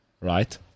right